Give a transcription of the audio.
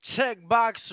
Checkbox